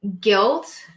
guilt